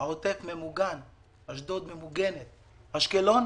לא לאשקלון